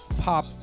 pop